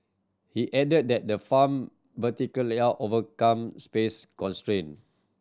he added that the farm vertical layout overcomes space constraint